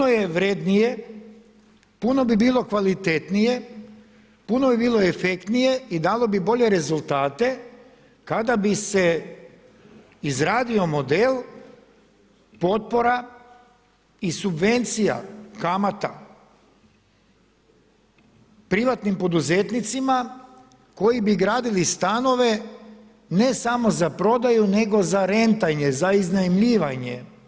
Puno je vrednije, puno bi bilo kvalitetnije, puno bi bilo efektnije i dalo bi bolje rezultate kada bi se izradio model potpora i subvencija kamata privatnim poduzetnicima koji bi gradili stanove ne samo za prodaju nego za rentanje, za iznajmljivanje.